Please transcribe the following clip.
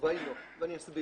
התשובה היא לא, ואני אסביר.